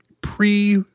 pre